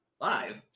Live